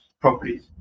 properties